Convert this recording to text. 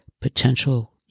potential